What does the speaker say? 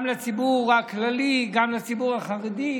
גם לציבור הכללי, גם לציבור החרדי,